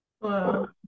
Wow